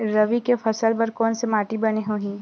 रबी के फसल बर कोन से माटी बने होही?